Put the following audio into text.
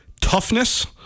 toughness